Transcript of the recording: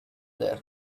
there